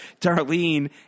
Darlene